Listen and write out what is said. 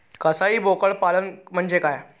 कसाई बोकड पालन म्हणजे काय?